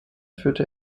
führte